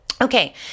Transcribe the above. Okay